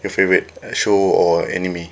your favourite uh show or anime